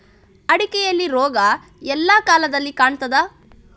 ಅಡಿಕೆಯಲ್ಲಿ ರೋಗ ಎಲ್ಲಾ ಕಾಲದಲ್ಲಿ ಕಾಣ್ತದ?